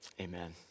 Amen